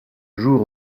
jour